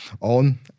on